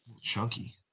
Chunky